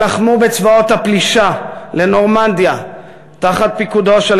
ולחמו בצבאות הפלישה לנורמנדיה תחת פיקודו של